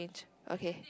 okay